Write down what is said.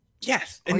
yes